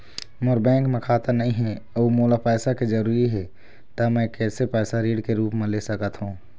मोर bank म खाता नई हे अउ मोला पैसा के जरूरी हे त मे कैसे पैसा ऋण के रूप म ले सकत हो?